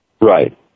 Right